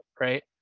right